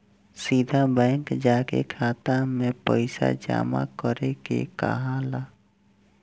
सीधा बैंक जाके खाता में पइसा जामा करे के कहाला